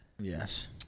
Yes